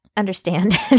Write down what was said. Understand